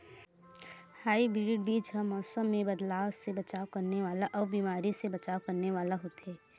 hybrid बीज हा मौसम मे बदलाव से बचाव करने वाला अउ बीमारी से बचाव करने वाला होथे